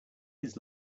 his